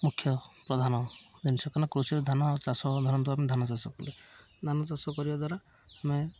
ମୁଖ୍ୟ ପ୍ରଧାନ ଜିନିଷ କାରଣ କୃଷି ଧାନ ଆଉ ଚାଷ ଧରନ୍ତୁ ଆପଣ ଧାନ ଚାଷ କଲେ ଧାନ ଚାଷ କରିବା ଦ୍ୱାରା ଆମେ